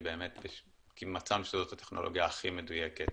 היא באמת כי מצאנו שזאת הטכנולוגיה הכי מדויקת